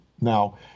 Now